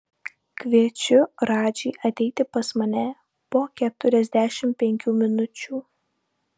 kviečiu radžį ateiti pas mane po keturiasdešimt penkių minučių